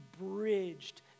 bridged